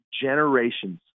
generations